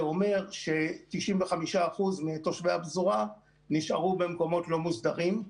אומר ש-95% מתושבי הפזורה נשארו במקומות לא מוסדרים.